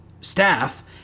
staff